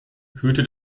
hüte